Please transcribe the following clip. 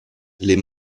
les